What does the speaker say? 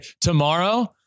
Tomorrow